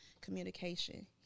communication